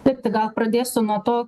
taip tai gal pradėsiu nuo to